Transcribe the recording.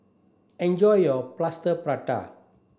enjoy your plaster prata